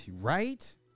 right